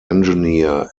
engineer